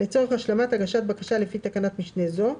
לצורך השלמת הגשת בקשה לפי תקנת משנה זו.